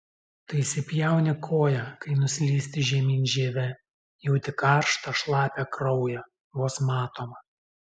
tu įsipjauni koją kai nuslysti žemyn žieve jauti karštą šlapią kraują vos matomą